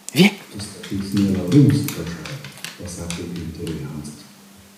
tu statai smėlio rūmus gražuoli pasakė giunteriui hansas